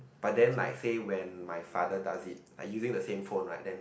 but then like say when my father does it like using the same phone right then